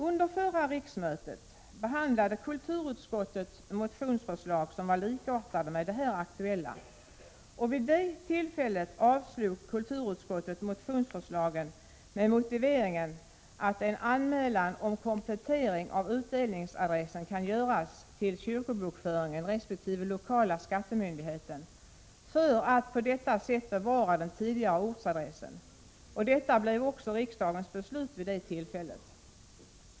Under förra riksmötet behandlade kulturutskottet motionsförslag som var likartade med det aktuella, och vid det tillfället avslog kulturutskottet motionsförslagen med motiveringen att en anmälan om komplettering av utdelningsadressen kan göras till kyrkobokföringen resp. den lokala skattemyndigheten, för att på detta sätt bevara den tidigare ortsadressen. Detta blev också riksdagens beslut vid det tillfället.